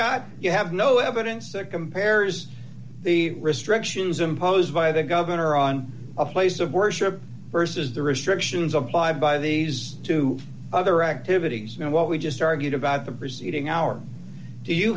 god you have no evidence that compares the restrictions imposed by the governor on a place of worship versus the restrictions apply by these two other activities and what we just argued about the preceding hour do you